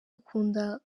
ukunda